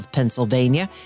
Pennsylvania